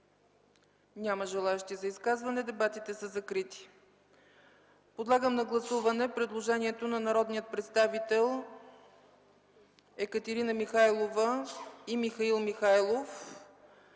желаещи да се изкажат? Няма. Дебатите са закрити. Подлагам на гласуване предложението на народния представител Екатерина Михайлова и Михаил Михайлов